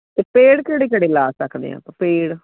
ਤੇ ਪੇੜ ਕਿਹੜੇ ਕਿਹੜੇ ਲਾ ਸਕਦੇ ਆਪਾਂ ਪੇੜ